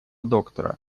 доктора